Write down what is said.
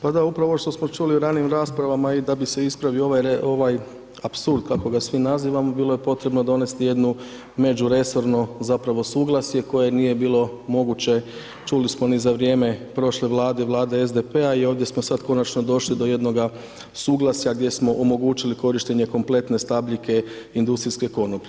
Pa da, upravo ovo što smo čuli u ranijim raspravama i da bi se ispravio ovaj apsurd kako ga svi nazivamo bilo je potrebno donesti jednu međuresorno zapravo suglasje koje nije bilo moguće čuli smo ni za vrijeme prošle Vlade, Vlade SDP-a i ovdje smo sad konačno došli do jednoga suglasja gdje smo omogućili korištenje kompletne stabljike industrijske konoplje.